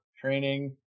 training